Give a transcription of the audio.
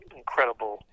incredible